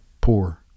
poor